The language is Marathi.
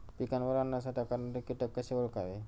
पिकावर अन्नसाठा करणारे किटक कसे ओळखावे?